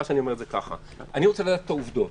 אני רוצה לדעת את העובדות.